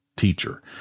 teacher